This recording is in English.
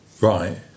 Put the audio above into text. Right